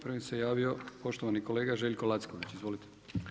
Prvi se javio poštovani kolega Željko Lacković, izvolite.